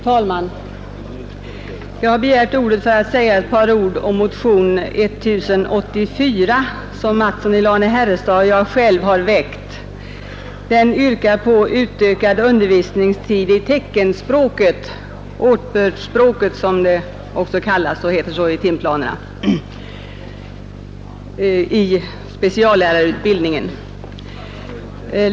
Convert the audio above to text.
Fru talman! Jag har begärt ordet för att tillägga något om motionen 1084, som herr Mattsson i Lane-Herrestad och jag har väckt. I den motionen yrkar vi på en utökning av undervisningstiden i teckenspråk — eller åtbördsspråket som det också kallas och som det heter i timplanerna för speciallärarutbildningen.